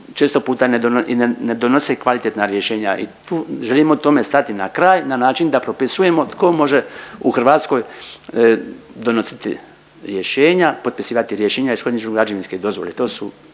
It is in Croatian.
ne, ne donosi kvalitetna rješenja i tu, želimo tome stati na kraj na način da propisujemo tko može u Hrvatskoj donositi rješenja, potpisivati rješenja o ishođenju građevinske dozvole.